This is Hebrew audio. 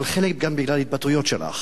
חלק גם בגלל התבטאויות שלך,